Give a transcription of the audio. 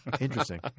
Interesting